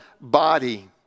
body